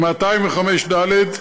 '205ד.